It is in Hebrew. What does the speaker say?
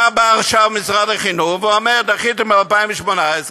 בא עכשיו משרד החינוך ואומר: דחיתם עד 2018,